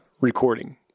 recording